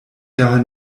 daher